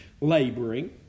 laboring